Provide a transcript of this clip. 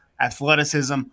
athleticism